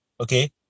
okay